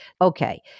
Okay